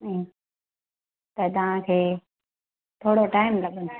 एं त तव्हांखे थोरो टाइम लॻंदो